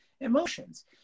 emotions